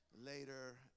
later